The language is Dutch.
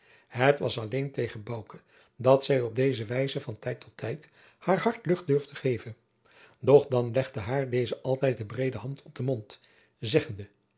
het was alleen tegen bouke dat zij op deze wijze van tijd tot tijd haar hart lucht durfde te geven doch dan legde haar deze altijd de breede hand op den mond zeggende